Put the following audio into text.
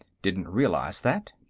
didn't realize that.